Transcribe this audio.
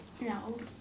No